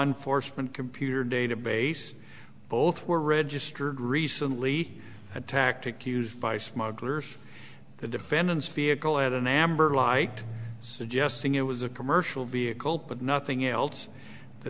enforcement computer database both were registered recently had tactic used by smugglers the defendants vehicle had an amber light suggesting it was a commercial vehicle but nothing else t